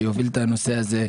שיוביל את הנושא הזה.